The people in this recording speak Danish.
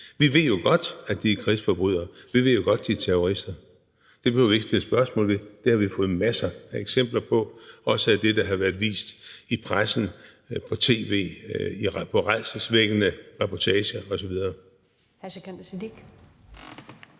i mit parti – at de er krigsforbrydere, og vi ved jo godt, at de er terrorister. Det behøver vi ikke at stille spørgsmål til; det har vi fået masser af eksempler på, også fra det, der har været vist i pressen og på tv i rædselsvækkende reportager osv.